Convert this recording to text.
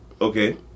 Okay